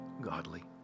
godly